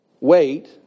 wait